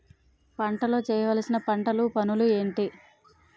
పంటలో చేయవలసిన పంటలు పనులు ఏంటి?